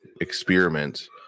experiment